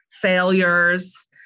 failures